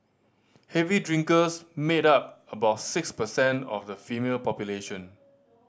heavy drinkers made up about six percent of the female population